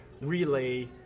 relay